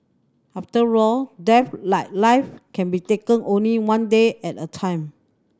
after all death like life can be taken only one day at a time